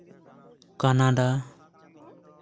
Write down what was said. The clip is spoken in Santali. ᱠᱟᱱᱟᱰᱟ